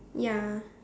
ya